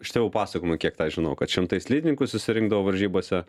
iš tėvų pasakojimų kiek tą žinau kad šimtai slidininkų susirinkdavo varžybose